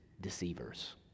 deceivers